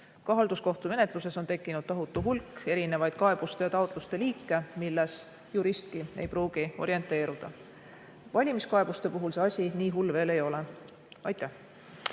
Ka halduskohtumenetluses on tekkinud tohutu hulk erinevaid kaebuste ja taotluste liike, milles juristki ei pruugi orienteeruda. Valimiskaebuste puhul see asi nii hull veel ei ole. Tänan